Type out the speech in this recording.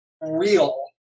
real